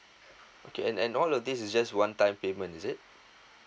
okay and and all of this is just one time payment is it